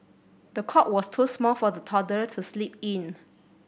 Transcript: the cot was too small for the toddler to sleep in